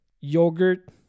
yogurt